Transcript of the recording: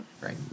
Right